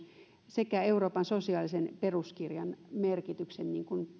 sekä euroopan sosiaalisen peruskirjan merkityksen niin kuin